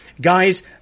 Guys